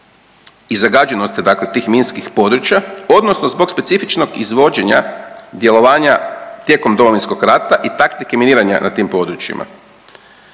i zagađenosti dakle tih minskih područja, odnosno zbog specifičnog izvođenja djelovanja tijekom Domovinskog rata i taktike miniranja na tim područjima.